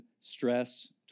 stress